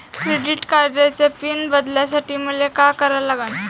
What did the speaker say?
Credit कार्डाचा pin बदलासाठी मले का करा लागन?